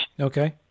Okay